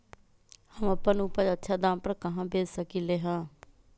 हम अपन उपज अच्छा दाम पर कहाँ बेच सकीले ह?